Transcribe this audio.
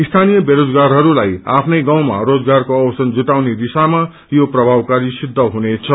सथानीय बेरोजगारहरूलाई आफ्नै गाउँमा रोजगारको अवसर जुटाउने दिशामा यो प्रभावकारी सिद्ध हुनेछ